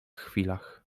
chwilach